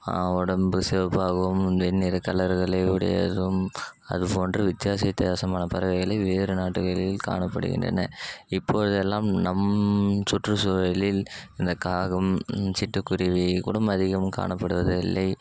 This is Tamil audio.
உடம்பு சிவப்பாகவும் வெண்ணிற கலர்களை உடையதும் அதுபோன்று வித்தியாச வித்தியாசமான பறவைகளை வேறு நாடுகளில் காணப்படுகின்றன இப்பொழுதெல்லாம் நம் சுற்றுச்சூழலில் இந்த காகம் சிட்டுக்குருவிக் கூடம் அதிகம் காணப்படுவதே இல்லை